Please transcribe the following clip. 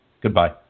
Goodbye